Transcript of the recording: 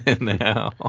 now